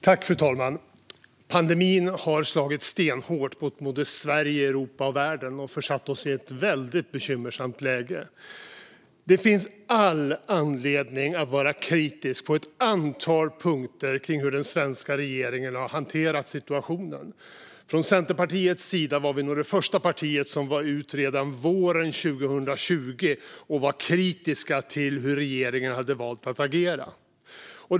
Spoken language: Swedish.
Fru talman! Pandemin har slagit stenhårt mot Sverige, Europa och världen och försatt oss i ett väldigt bekymmersamt läge. Det finns all anledning att vara kritisk på ett antal punkter kring hur den svenska regeringen har hanterat situationen. Centerpartiet var nog det första parti som gick ut och var kritiskt till hur regeringen hade valt att agera. Det gjorde vi redan våren 2020.